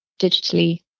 digitally